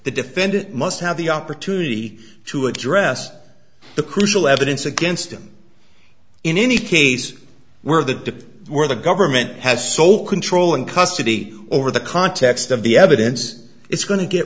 the defendant must have the opportunity to address the crucial evidence against him in any case where the where the government has sole control and custody over the context of the evidence it's go